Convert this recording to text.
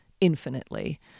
infinitely